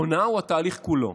הונאה היא התהליך כולו,